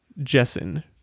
Jessen